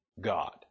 God